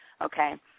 okay